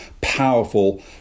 powerful